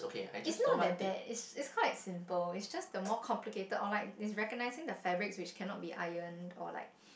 is not that bad is is quite simple is just the more complicated or like is recognising the fabrics which cannot be iron or like